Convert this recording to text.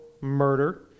murder